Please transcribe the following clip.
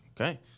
Okay